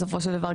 בסופו של דבר,